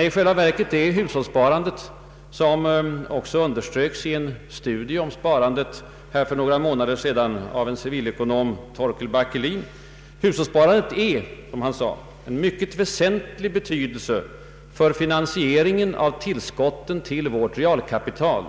I själva verket är hushållssparandet — som också understrukits för några månader sedan i en studie om kapitalbildning och finanspolitik av civilekonomen Torkel Backelin — ”av mycket väsentlig betydelse för finansiering av tillskotten till vårt realkapital,